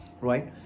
right